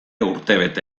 urtebete